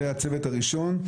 זה הצוות הראשון.